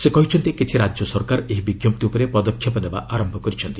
ସେ କହିଛନ୍ତି କିଛି ରାଜ୍ୟ ସରକାର ଏହି ବିଞ୍ଜପ୍ତି ଉପରେ ପଦକ୍ଷେପ ନେବା ଆରମ୍ଭ କରିଛନ୍ତି